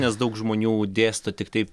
nes daug žmonių dėsto tiktai